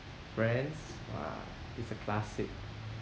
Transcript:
friends !wah! it's a classic